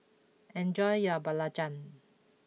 enjoy your Belacan